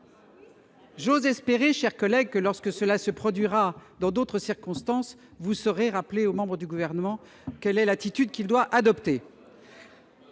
J'ose espérer, mes chers collègues, que, lorsque cela se produira dans d'autres circonstances, vous saurez rappeler aux membres du Gouvernement l'attitude qu'ils doivent adopter